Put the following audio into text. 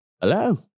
Hello